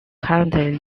currently